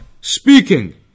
speaking